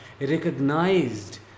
recognized